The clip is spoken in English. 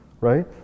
right